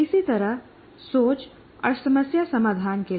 इसी तरह सोच और समस्या समाधान के लिए